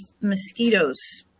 mosquitoes